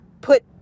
put